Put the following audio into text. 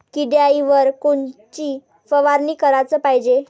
किड्याइवर कोनची फवारनी कराच पायजे?